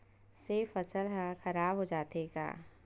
से फसल ह खराब हो जाथे का?